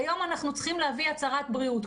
כיום אנחנו צריכים להביא הצהרת בריאות.